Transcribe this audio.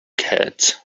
heads